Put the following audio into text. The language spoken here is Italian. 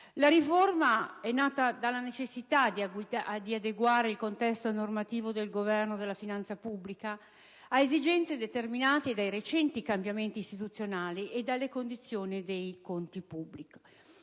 La riforma è nata dalla necessità di adeguare il contesto normativo del governo della finanza pubblica ad esigenze determinate dai recenti cambiamenti istituzionali e dalle condizioni dei conti pubblici.